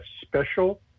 special